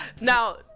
Now